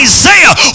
Isaiah